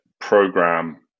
program